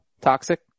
toxic